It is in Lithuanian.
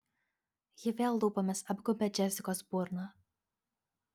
ji vėl lūpomis apgaubė džesikos burną